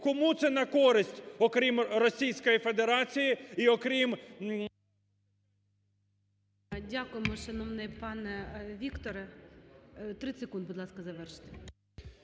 Кому це на користь, окрім Російської Федерації і окрім… ГОЛОВУЮЧИЙ Дякуємо, шановний пане Вікторе. 30 секунд, будь ласка, звершити.